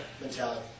mentality